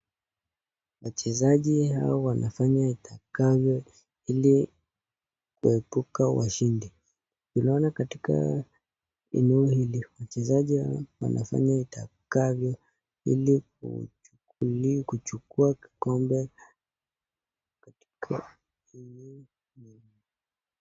Wachezaji hao wanafanya itakavyo ili kuepuka washinde. Tunaona katika eneo hili wachezaji wanafanya itakavyo ili kuchukua kikombe katika eneo hili.